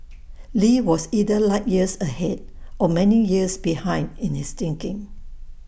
lee was either light years ahead or many years behind in his thinking